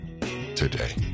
today